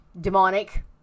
demonic